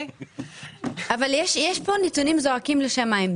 אבל יש פה נתונים שזועקים לשמים.